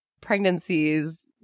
pregnancies